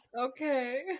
okay